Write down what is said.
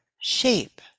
shape